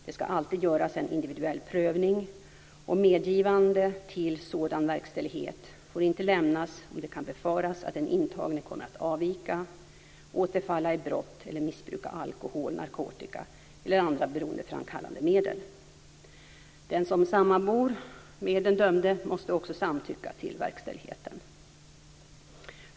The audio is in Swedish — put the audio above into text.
Det ska alltid göras en individuell prövning, och medgivande till sådan verkställighet får inte lämnas om det kan befaras att den intagne kommer att avvika, återfalla i brott eller missbruka alkohol, narkotika eller andra beroendeframkallande medel. Den som sammanbor med den dömde måste också samtycka till verkställigheten.